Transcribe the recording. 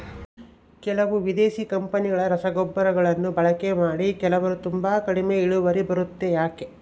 ಕೆಲವು ವಿದೇಶಿ ಕಂಪನಿಗಳ ರಸಗೊಬ್ಬರಗಳನ್ನು ಬಳಕೆ ಮಾಡಿ ಕೆಲವರು ತುಂಬಾ ಕಡಿಮೆ ಇಳುವರಿ ಬರುತ್ತೆ ಯಾಕೆ?